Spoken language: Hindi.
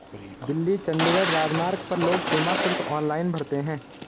दिल्ली चंडीगढ़ राजमार्ग पर लोग सीमा शुल्क ऑनलाइन भरते हैं